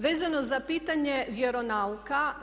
Vezano za pitanje vjeronauka.